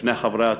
לפני חברי הכנסת.